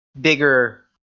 bigger